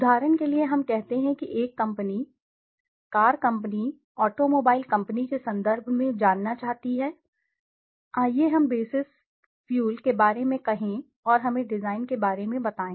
उदाहरण के लिए हम कहते हैं कि एक कंपनी उदाहरण के लिए कार कंपनी ऑटोमोबाइल कंपनी के संदर्भ में जानना चाहती है आइए हम बेसिस फ्यूल के बारे में कहें और हमें डिजाइन के बारे में बताएं